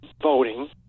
voting